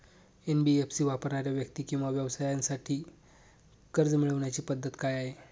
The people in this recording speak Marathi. एन.बी.एफ.सी वापरणाऱ्या व्यक्ती किंवा व्यवसायांसाठी कर्ज मिळविण्याची पद्धत काय आहे?